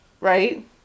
Right